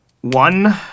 One